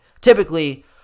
typically